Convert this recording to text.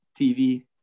TV